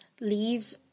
leave